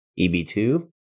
EB2